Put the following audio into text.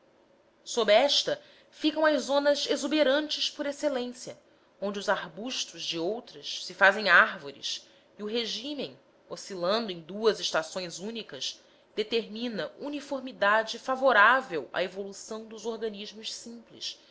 sob esta ficam as zonas exuberantes por excelência onde os arbustos de outras se fazem árvores e o regime oscilando em duas estações únicas determina uniformidade favorável à evolução dos organismos simples